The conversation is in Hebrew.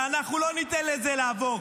ואנחנו לא ניתן לזה לעבור.